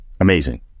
Amazing